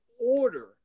order